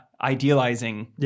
idealizing